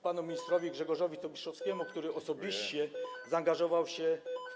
panu ministrowi Grzegorzowi Tobiszowskiemu, który osobiście zaangażował się w.